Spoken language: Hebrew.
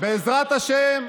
בעזרת השם,